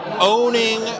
owning